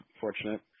Fortunate